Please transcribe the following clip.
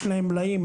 יש להם מלאים.